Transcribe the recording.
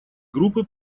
группы